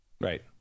Right